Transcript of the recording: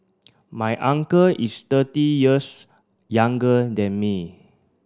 my uncle is thirty years younger than me